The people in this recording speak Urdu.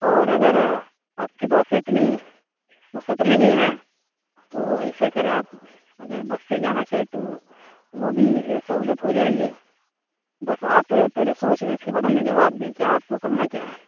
اور اگر آپ کے پاس اتنی وسعت نہیں ہے تو ایسا کریں آپ اگر بس سے جانا چاہیں تو وہ بھی سہولت ہو جائے گی بس آپ پہلے سوچ لیں اس کے بعد ہمیں جواب دیں کیا آپ کو کرنا کیا ہے